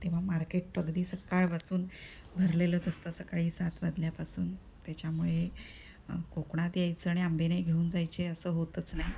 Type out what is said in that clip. तेव्हा मार्केट अगदी सकाळपासून भरलेलंच असतं सकाळी सात वाजल्यापासून त्याच्यामुळे कोकणात यायचं आणि आंबे नाही घेऊन जायचे असं होतंच नाही